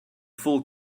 full